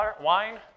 Wine